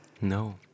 No